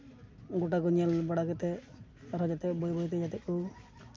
ᱜᱳᱴᱟ ᱠᱚ ᱧᱮᱞ ᱵᱟᱲᱟ ᱠᱟᱛᱮᱫ ᱟᱨᱚ ᱡᱟᱛᱮ ᱵᱟᱹᱭ ᱵᱟᱹᱭᱛᱮ ᱡᱟᱛᱮ ᱠᱚ